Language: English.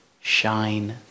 shine